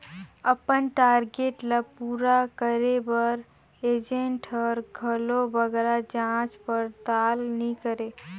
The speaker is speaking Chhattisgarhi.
अपन टारगेट ल पूरा करे बर एजेंट हर घलो बगरा जाँच परताल नी करे